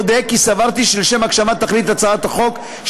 אודה כי סברתי שלשם הגשמת תכלית הצעת החוק,